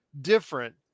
different